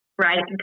right